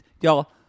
y'all